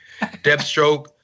Deathstroke